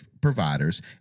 providers